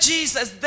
Jesus